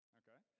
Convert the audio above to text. okay